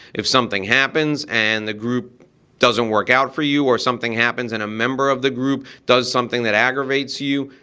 if something happens and the group doesn't work out for you or something happens and a member of the group does something that aggravates you,